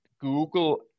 Google